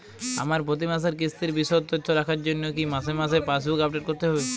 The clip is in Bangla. আমার প্রতি মাসের কিস্তির বিশদ তথ্য রাখার জন্য কি মাসে মাসে পাসবুক আপডেট করতে হবে?